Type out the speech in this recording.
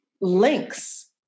links